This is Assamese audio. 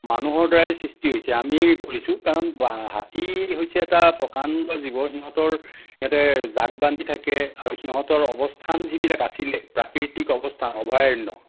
মানুহৰ দ্বাৰাই সৃষ্টি হৈছে আমিয়ে কৰিছোঁ কাৰণ হাতী হৈছে এটা প্ৰকাণ্ড জীৱ সিহঁতৰ সিহঁতে জাক বান্ধি থাকে আৰু সিহঁতৰ অৱস্থান যিবিলাক আছিলে প্ৰাকৃতিক অৱস্থান অভয়াৰণ্য